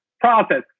process